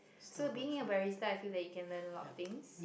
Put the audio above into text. so being a barista I feel that you can learn a lot of things